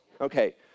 Okay